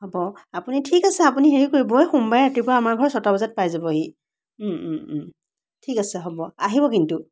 হ'ব আপুনি ঠিক আছে আপুনি হেৰি কৰিব সোমবাৰে ৰাতিপুৱা আমাৰ ঘৰ ছয়টা বজাত পাই যাবহি ঠিক আছে হ'ব আহিব কিন্তু